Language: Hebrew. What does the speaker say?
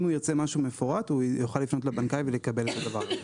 אם הוא ירצה משהו מפורט הוא יוכל לפנות לבנקאי ולקבל את הדבר.